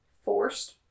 Forced